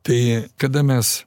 tai kada mes